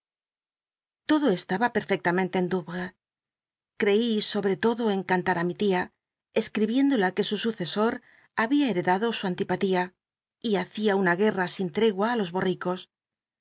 todo estaba perfectamente en dom es creí sobre todo encantar i mi tia escribiéndola que su sucesor había heredado su antipalia y hacia una guer a sin tregua í los botricos